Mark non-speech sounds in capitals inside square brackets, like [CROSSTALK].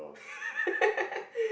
[LAUGHS]